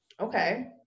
okay